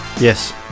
yes